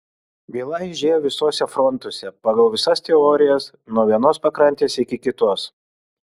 byla eižėjo visuose frontuose pagal visas teorijas nuo vienos pakrantės iki kitos